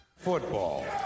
Football